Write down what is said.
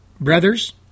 brothers